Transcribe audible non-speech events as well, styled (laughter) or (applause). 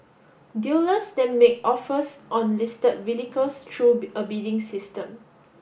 dealers then make offers on listed vehicles through (unintelligible) a bidding system